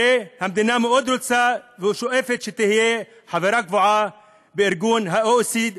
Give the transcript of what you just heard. הרי המדינה מאוד רוצה ושואפת להיות חברה קבועה ב-OECD,